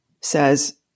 says